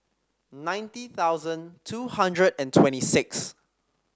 ninety thousand two hundred and twenty six